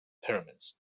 pyramids